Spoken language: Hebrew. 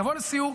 תבוא לסיור,